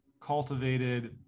cultivated